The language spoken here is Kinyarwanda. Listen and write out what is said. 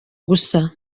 gusa